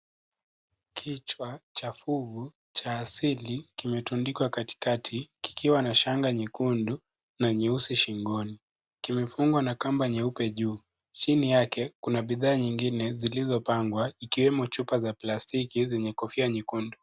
Kichwa, cha fuvu, cha asili, kimetundikwa katikati, kikiwa na shanga nyekundu, na nyeusi shingoni, kimefungwa na kamba nyeupe juu, chini yake. Kuna bidhaa nyingine, zilizopangwa, ikiwemo chupa za plastiki zenye kofia nyekundu.